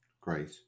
great